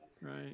right